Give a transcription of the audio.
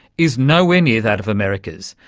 is nowhere near that of america's.